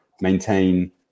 maintain